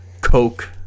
Coke